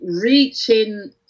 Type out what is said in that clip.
reaching